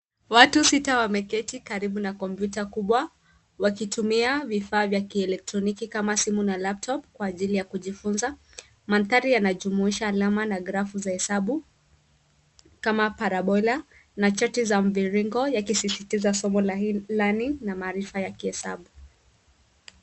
Watu sita wameketi karibu na kompyuta kubwa wakitumia vifaa vya kielektroniki kama simu na laptop kwa ajili ya kujifunza. Mandhari yanajumuisha alama na grafu za hesabu kama parabola na chati za mviringo yakisisitiza somo la e-learning na maarifa ya kihesabu.